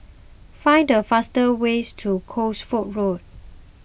find the fastest ways to Cosford Road